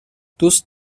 دوست